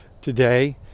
today